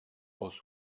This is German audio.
aus